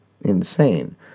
insane